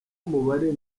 umubare